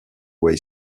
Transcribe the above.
way